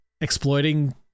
exploiting